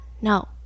no